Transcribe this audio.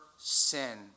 Sin